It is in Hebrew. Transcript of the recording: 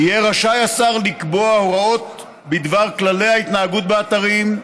יהא רשאי השר לקבוע הוראות בדבר כללי ההתנהגות באתרים,